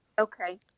Okay